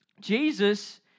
Jesus